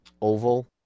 oval